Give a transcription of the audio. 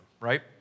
right